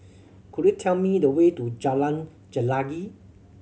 could you tell me the way to Jalan Chelagi